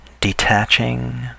detaching